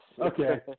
Okay